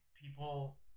People